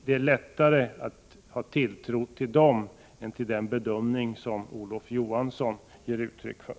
Det är lättare att sätta tilltro till kärnkraftsforskarna än till den bedömning som Olof Johansson här gav uttryck för.